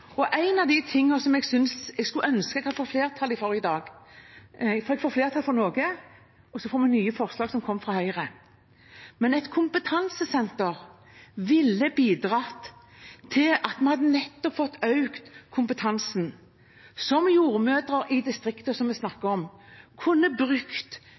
En av de tingene jeg skulle ønske at vi hadde fått flertall for i dag – for vi får flertall for noe, og så får vi nye forslag som kom fra Høyre – er et kompetansesenter. Det ville bidratt til at vi hadde fått økt kompetansen, som jordmødre i distriktet, som vi snakket om, kunne brukt